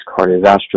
cardiovascular